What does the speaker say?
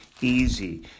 easy